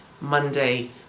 Monday